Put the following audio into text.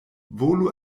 volu